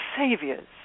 saviors